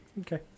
Okay